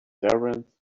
servants